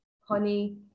honey